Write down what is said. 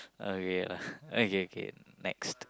okay lah okay K next